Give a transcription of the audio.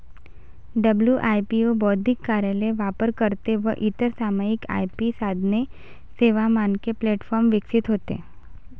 WIPO बौद्धिक कार्यालय, वापरकर्ते व इतर सामायिक आय.पी साधने, सेवा, मानके प्लॅटफॉर्म विकसित होते